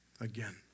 again